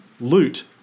loot